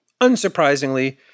Unsurprisingly